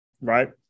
right